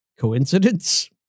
Coincidence